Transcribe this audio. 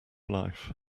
life